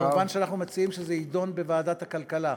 מובן שאנחנו מציעים שזה יידון בוועדת הכלכלה.